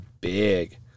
big